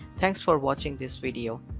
thanks for watching this video.